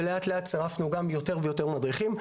ולאט לאט צירפנו יותר ויותר מדריכים.